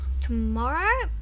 Tomorrow